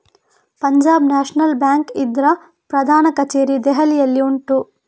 Punjab National Bank ಇದ್ರ ಪ್ರಧಾನ ಕಛೇರಿ ದೆಹಲಿಯಲ್ಲಿ ಉಂಟು